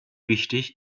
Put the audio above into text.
wichtig